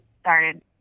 started